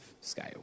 scale